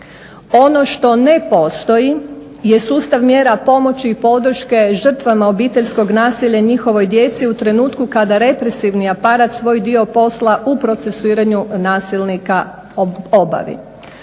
Ono što ne postoji je sustav mjera pomoći i podrške žrtvama obiteljskog nasilja i njihovoj djeci u trenutku kada represivni aparat svoj dio posla u procesuiranju nasilnika obavi.